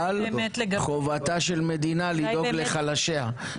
אבל חובתה של מדינה לדאוג לחלשיה,